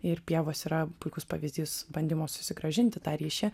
ir pievos yra puikus pavyzdys bandymo susigrąžinti tą ryšį